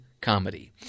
comedy